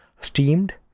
steamed